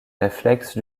réflexes